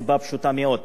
מסיבה פשוטה מאוד.